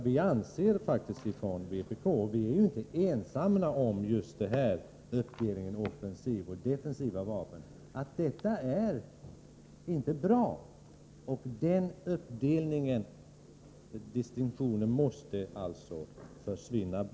Vi ifrån vpk anser när det gäller uppdelningen i offensiva och defensiva vapen — och vi är inte ensamma om vår uppfattning — att denna uppdelning inte är bra. Den distinktionen måste alltså försvinna.